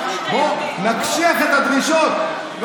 בא חבר הכנסת טור פז ואומר: בואו נקשיח את הדרישות.